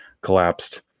collapsed